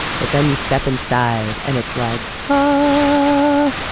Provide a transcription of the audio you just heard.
but then you step inside and it's like, but